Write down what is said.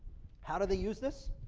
how do they use this?